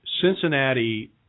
Cincinnati